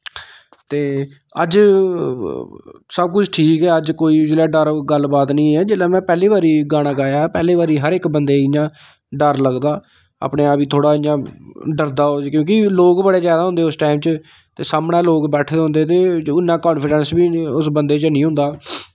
ते अज्ज सब कुछ ठीक ऐ अज्ज जिसलै कोई गल्ल बात निं जिसलै में पैह्ली बारी गाना गाया हा पैह्ली बार हर इक बंदे इ'यां डर लगदा अपनै आप गी थोहाड़ा इ'यां डरदा क्योंकि लोग बड़े जैदा होंदे उस टैम च ते सामनै लोग बैठे दे होंदे ते उन्ना कांफिडैंस बी उस बंदे च नेंई होंदा